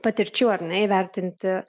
patirčių ar ne įvertinti